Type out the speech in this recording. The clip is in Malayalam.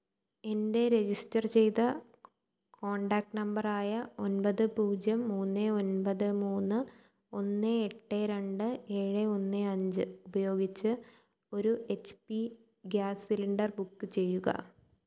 എൻ്റെ രജിസ്റ്റർ ചെയ്ത കോൺടാക്റ്റ് നമ്പറായ ഒന്പത് പൂജ്യം മൂന്ന് ഒന്പത് മൂന്ന് ഒന്ന് എട്ട് രണ്ട് ഏഴ് ഒന്ന് അഞ്ച് ഉപയോഗിച്ച് ഒരു H P gas cylinder book ചെയ്യുക